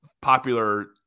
popular